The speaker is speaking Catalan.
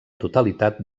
totalitat